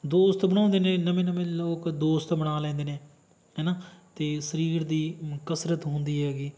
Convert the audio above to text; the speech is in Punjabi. ਦੋਸਤ ਬਣਾਉਂਦੇ ਨੇ ਨਵੇਂ ਨਵੇਂ ਲੋਕ ਦੋਸਤ ਬਣਾ ਲੈਂਦੇ ਨੇ ਹੈ ਨਾ ਅਤੇ ਸਰੀਰ ਦੀ ਕਸਰਤ ਹੁੰਦੀ ਹੈਗੀ